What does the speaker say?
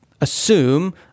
assume